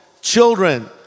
children